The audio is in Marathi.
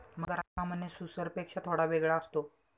मगर हा सामान्य सुसरपेक्षा थोडा वेगळा असतो